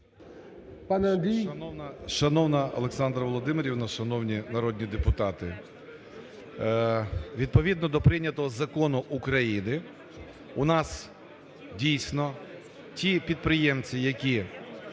Шановна Олександра Володимирівна! Шановні народні депутати! Відповідно до прийнятого закону України у нас, дійсно, ті підприємці, які